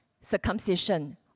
circumcision